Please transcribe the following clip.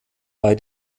bei